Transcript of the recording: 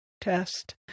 test